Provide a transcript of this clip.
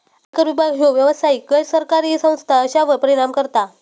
आयकर विभाग ह्यो व्यावसायिक, गैर सरकारी संस्था अश्यांवर परिणाम करता